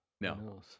no